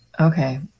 Okay